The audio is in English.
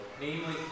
namely